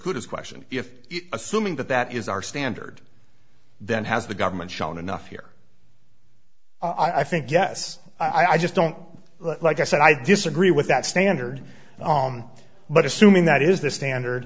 good question if assuming that that is our standard then has the government shown enough here i think yes i just don't like i said i disagree with that standard but assuming that is the standard